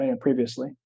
previously